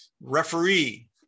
referee